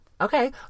Okay